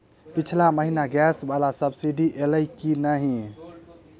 पिछला महीना गैस वला सब्सिडी ऐलई की नहि?